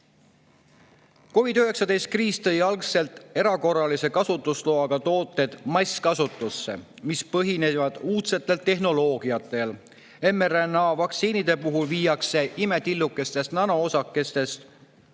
COVID‑19 kriis tõi algselt erakorralise kasutusloaga tooted masskasutusse, mis põhinevad uudsetel tehnoloogiatel. mRNA-vaktsiinide puhul viiakse imetillukestest nanoosakestest